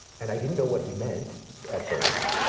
and i didn't know what he meant at first,